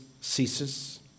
ceases